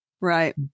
Right